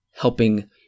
helping